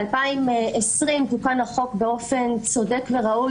ב-2020 תוקן החוק באופן צודק וראוי,